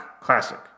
classic